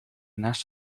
naast